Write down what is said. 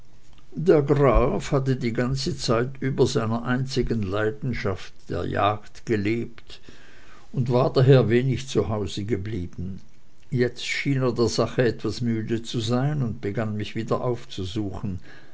der graf hatte die ganze zeit über seiner einzigen leidenschaft der jagd gelebt und war daher wenig zu hause geblieben jetzt schien er der sache etwas müde zu sein und begann mich wieder aufzusuchen